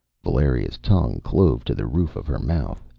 valeria's tongue clove to the roof of her mouth.